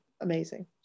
amazing